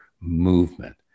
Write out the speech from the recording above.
movement